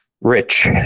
rich